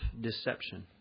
deception